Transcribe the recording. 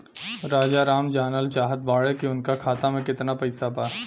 राजाराम जानल चाहत बड़े की उनका खाता में कितना पैसा बा?